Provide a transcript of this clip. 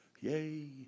Yay